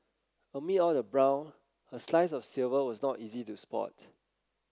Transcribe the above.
amid all the brown a slice of silver was not easy to spot